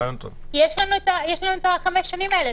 יש לנו את חמש השנים האלה,